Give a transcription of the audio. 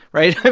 right?